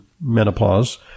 menopause